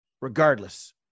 regardless